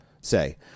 say